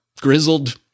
grizzled